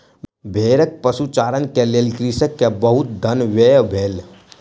भेड़क पशुचारण के लेल कृषक के बहुत धन व्यय भेल